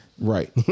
Right